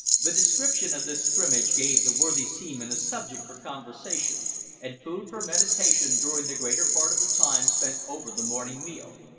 the description of this scrimmage gave the worthy seaman a subject for conversation and food for meditation during the greater part of the time spent over the morning meal,